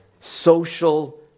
social